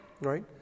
right